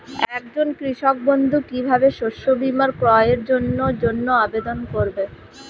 একজন কৃষক বন্ধু কিভাবে শস্য বীমার ক্রয়ের জন্যজন্য আবেদন করবে?